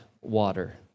water